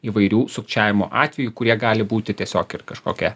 įvairių sukčiavimo atvejų kurie gali būti tiesiog ir kažkokia